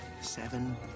seven